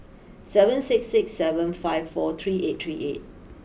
seven six six seven five four three eight three eight